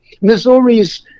Missouri's